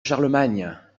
charlemagne